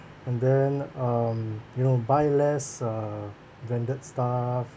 and then um you know buy less uh branded stuff